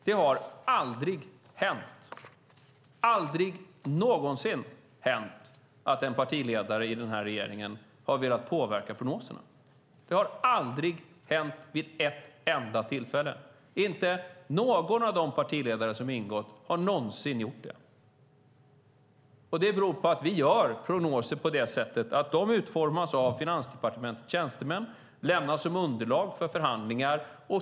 Det har aldrig någonsin hänt att en partiledare i den här regeringen har velat påverka prognoserna. Det har aldrig hänt, inte vid ett enda tillfälle. Ingen av de partiledare som ingått har någonsin gjort det. Prognoser utformas av Finansdepartementets tjänstemän. De lämnas som underlag för förhandlingar.